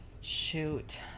Shoot